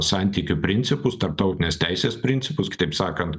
santykių principus tarptautinės teisės principus kitaip sakant